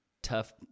tough